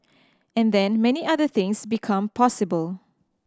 and then many other things become possible